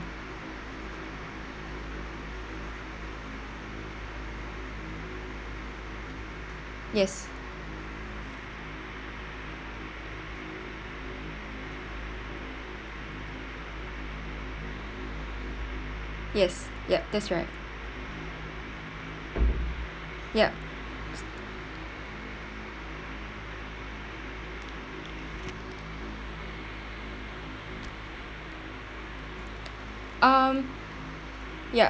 yes yes ya that's right ya um ya